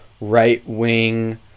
right-wing